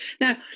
Now